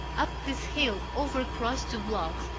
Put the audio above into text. up this hill, over across two blocks,